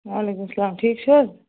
وعلیکُم السلام ٹھیٖکھ چھِو حَظ